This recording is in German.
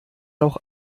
auch